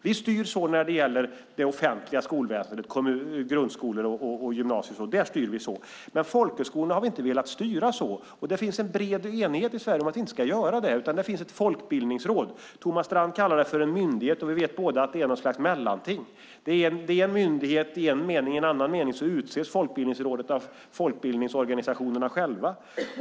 Vi styr så när det gäller det offentliga skolväsendet, grundskolor och gymnasier. Där styr vi så, men folkhögskolorna har vi inte velat styra så. Det finns en bred enighet i Sverige om att vi inte ska göra det. I stället finns ett folkbildningsråd. Thomas Strand kallar det för en myndighet, men vi vet båda att det är något slags mellanting. Det är myndighet i en mening, men i en annan mening utses Folkbildningsrådet av folkbildningsorganisationerna själva.